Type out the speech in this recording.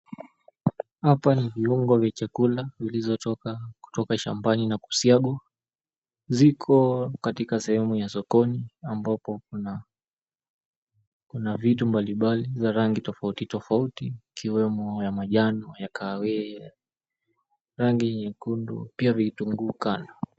Hapa ni viungo vya chakula vilizotoka kutoka shambani na kusiagwa. Ziko katika sehemu ya sokoni ambapo kuna vitu mbali mbali za rangi tofauti tofauti ikiwemo ya manjano, ya kahawia, rangi nyekundu pia vitunguu kando.